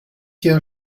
your